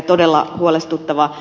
todella huolestuttavaa